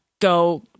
go